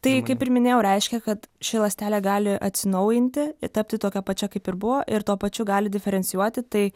tai kaip ir minėjau reiškia kad ši ląstelė gali atsinaujinti ir tapti tokia pačia kaip ir buvo ir tuo pačiu gali diferencijuoti tai